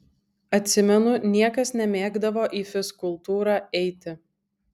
atsimenu niekas nemėgdavo į fizkultūrą eiti